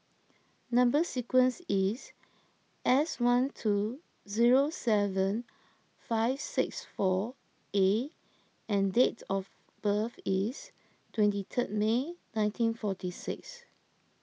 Number Sequence is S one two zero seven five six four A and date of birth is twenty third May nineteen forty six